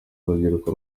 urubyiruko